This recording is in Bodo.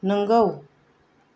नंगौ